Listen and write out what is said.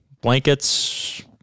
blankets